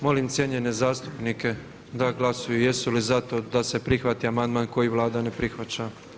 Molim cijenjene zastupnike da glasuju jesu li za to da se prihvati amandman koji Vlada ne prihvaća?